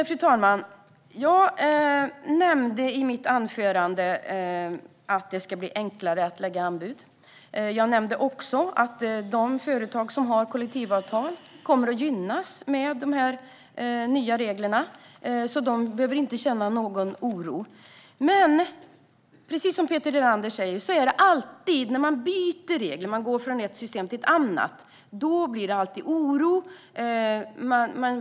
Fru talman! Jag nämnde i mitt anförande att det ska bli enklare att lägga anbud. Jag nämnde också att de nya reglerna kommer att gynna företag som har kollektivavtal. De behöver inte känna någon oro. Men, precis som Peter Helander säger, vid ett byte av regler från ett system till ett annat blir det alltid oro.